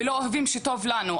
ולא אוהבים שטוב לנו.